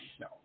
No